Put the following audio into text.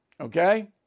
Okay